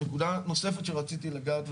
נקודה נוספת שרציתי לגעת בה,